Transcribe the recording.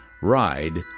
ride